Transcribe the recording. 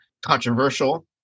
controversial